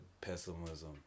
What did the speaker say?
pessimism